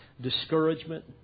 discouragement